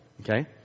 okay